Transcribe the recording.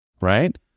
right